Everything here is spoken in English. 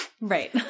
Right